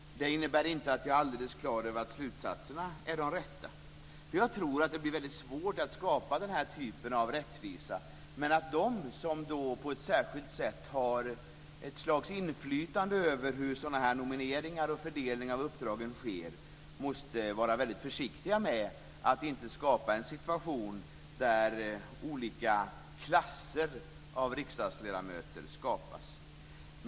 Det innebär inte att jag är helt klar över att slutsatserna är de rätta. Jag tror att det blir väldigt svårt att skapa den här typen av rättvisa. Men de som på ett särskilt sätt har ett inflytande över hur sådana här nomineringar och fördelningen av uppdragen sker måste vara väldigt försiktiga, för att det inte ska uppstå en situation där olika klasser av riksdagsledamöter skapas.